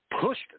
pushed